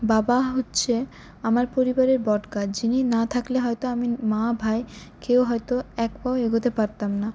বাবা হচ্ছে আমার পরিবারের বটগাছ যিনি না থাকলে হয়ত আমি মা ভাই কেউ হয়ত এক পাও এগোতে পারতাম না